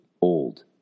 old